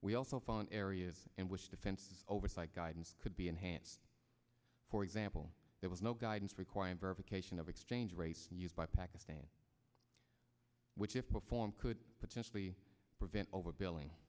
we also found areas in which defense oversight guidance could be enhanced for example there was no guidance requiring verification of exchange rates used by pakistan which if performed could potentially prevent overbilling